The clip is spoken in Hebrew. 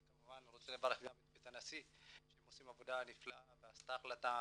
אני כמובן רוצה לברך גם את בית הנשיא שעושים עבודה נפלאה ועשו החלטה